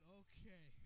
okay